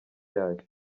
yayo